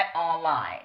online